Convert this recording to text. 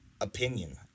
opinion